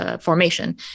formation